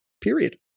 period